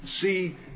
see